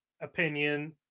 opinion